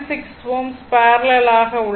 6 Ω parallel ஆக உள்ளன